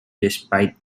despite